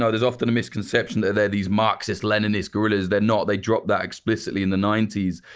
ah there's often a misconception that they're these marxist leninist guerrillas. they're not. they dropped that explicitly in the ninety s.